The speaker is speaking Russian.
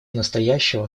настоящего